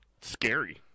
Scary